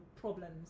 problems